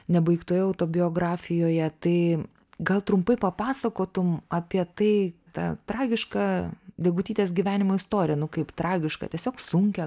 nebaigtoje autobiografijoje tai gal trumpai papasakotum apie tai tą tragišką degutytės gyvenimo istoriją nu kaip tragišką tiesiog sunkią